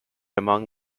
among